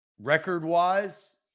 Record-wise